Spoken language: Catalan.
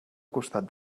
costat